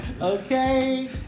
Okay